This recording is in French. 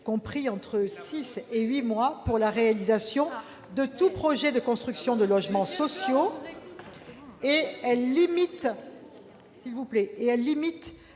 compris entre six et huit mois pour la réalisation des projets de construction de logements sociaux. Elle limite